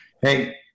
Hey